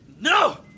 No